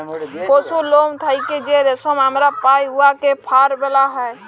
পশুর লম থ্যাইকে যে রেশম আমরা পাই উয়াকে ফার ব্যলা হ্যয়